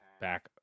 back